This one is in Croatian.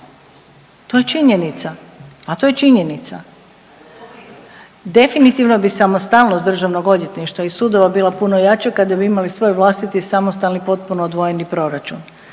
To je činjenica, a to je činjenica. Definitivno bi samostalnost Državnog odvjetništva i sudova bila puno jača kada bi imali svoj vlastiti samostalni potpuno odvojeni proračun.